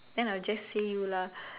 then I'll just say you lah